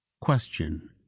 Question